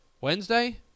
Wednesday